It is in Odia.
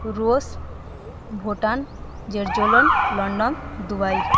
ଋଷ୍ ଭୁଟାନ ଜେର୍ଜଲନ ଲଣ୍ଡନ ଦୁବାଇ